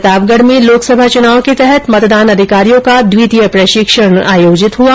प्रतापगढ में लोकसभा चुनाव के तहत मतदान अधिकारियों का द्वितीय प्रशिक्षण आयोजित हुआ